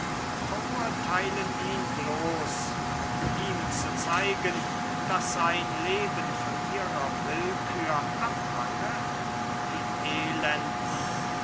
verurtheilen ihn bloß um ihm zu zeigen daß sein leben von ihrer willkühr abhange die elenden